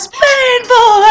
painful